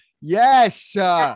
Yes